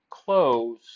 close